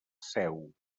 seu